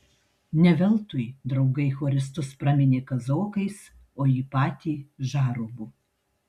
ne veltui draugai choristus praminė kazokais o jį patį žarovu